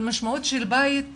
על המשמעות של בית לגבינו.